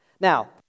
Now